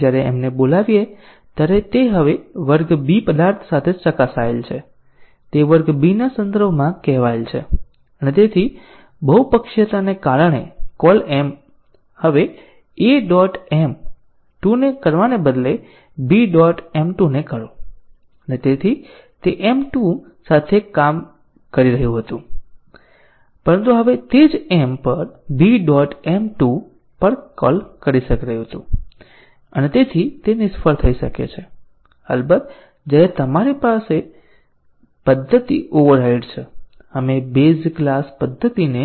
જ્યારે m ને બોલાવીએ ત્યારે તે હવે વર્ગ B પદાર્થ માટે ચકાસાયેલ છે તે વર્ગ B ના સંદર્ભમાં કહેવાય છે અને બહુપક્ષીયતાને કારણે કોલ m હવે A ડોટ m 2 ને કરવાને બદલે B dot m 2 ને કરો અને તે m 2 સાથે સારી રીતે કામ કરી રહ્યું હતું પરંતુ હવે તે જ m પર B dot m 2 પર કલ કરી રહ્યું છે અને તે નિષ્ફળ થઈ શકે છે અને અલબત્ત જ્યારે આપણી પાસે પદ્ધતિ ઓવરરાઇડ છે આપણે બેઝ ક્લાસ પદ્ધતિને